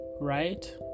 right